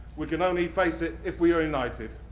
we can only face it if we are united.